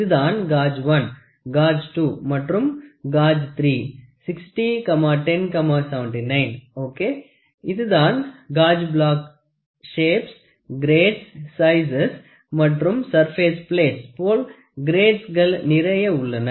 இதுதான் gauge 1 gauge 2 மற்றும் gauge 3 60 10 79 okay இதுதான் gauge block shapes grades sizes மற்றும் சர்பேஸ் பிளேட்ஸ் போல் கிரேட்ஸ்கள் நிறைய உள்ளன